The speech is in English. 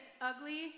ugly